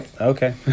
Okay